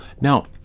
Now